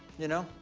you know.